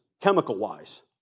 chemical-wise